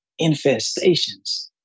infestations